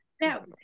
Now